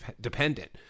dependent